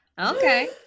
Okay